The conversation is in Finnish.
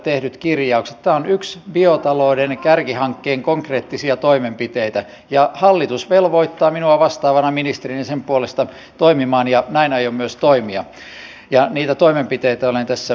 tämä on yksi biotalouden kärkihankkeen konkreettisia toimenpiteitä ja hallitus velvoittaa minua vastaavana ministerinä sen puolesta toimimaan ja näin aion myös toimia ja niitä toimenpiteitä olen tässä kertonut